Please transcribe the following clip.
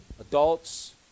adults